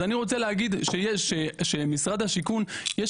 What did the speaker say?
אז אני רוצה להגיד שלמשרד השיכון יש